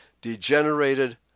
degenerated